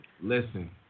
Listen